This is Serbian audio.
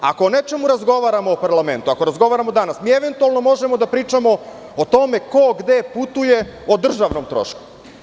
Ako o nečemu razgovaramo u parlamentu, ako razgovaramo danas, mi eventualno možemo da pričamo o tome ko gde putuje o državnom trošku.